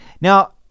Now